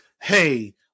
hey